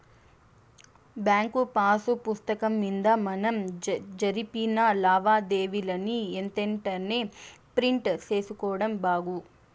bank pass పుస్తకం మింద మనం జరిపిన లావాదేవీలని ఎంతెంటనే ప్రింట్ సేసుకోడం బాగు